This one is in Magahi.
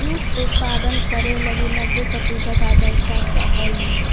जूट के उत्पादन करे लगी नब्बे प्रतिशत आर्द्रता चाहइ